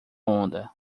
onda